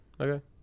Okay